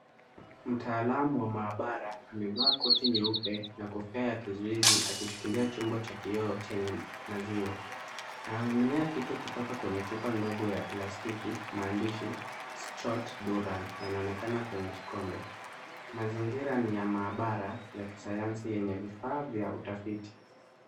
Mtaalamu wa maabara amevaa koti nyeupe na kofia ya kizuizi akishikilia chombo cha kioo yenye maziwa. Anamiminia kitu kutoka kwenye chupa ndogo ya plastiki. Maandishi short duran yanaonekana kwenye kikombe. Mazingira ni ya maabara ya kisayansi yenye vifaa vya utafiti.